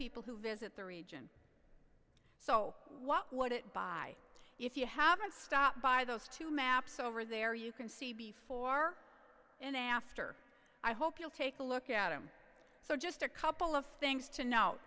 people who visit the region so what would it by if you haven't stopped by those two maps over there you can see before and after i hope you'll take a look at him so just a couple of things to no